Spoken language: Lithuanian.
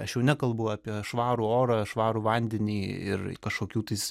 aš jau nekalbu apie švarų orą švarų vandenį ir kažkokių tais